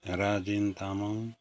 Rajen Tamang